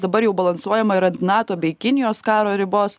dabar jau balansuojama ir ant nato bei kinijos karo ribos